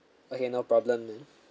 okay no problem ma'am